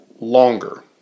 longer